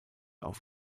auf